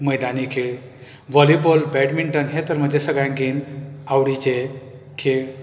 मैदानी खेळ volleyball badminton हे तर म्हजे हे सगळ्यांकीन आवडीचे खेळ